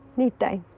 need time.